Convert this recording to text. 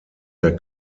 der